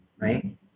Right